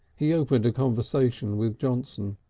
he opened a conversation with johnson.